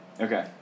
Okay